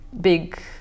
big